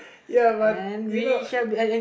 ya but you know